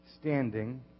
standing